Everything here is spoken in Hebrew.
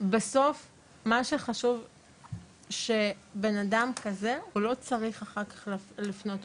בסוף מה שחשוב שבן אדם כזה הוא לא צריך אחר כך לפנות.